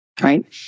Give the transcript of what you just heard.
right